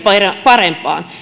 parempaan